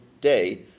day